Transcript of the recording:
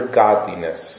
godliness